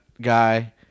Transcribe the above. guy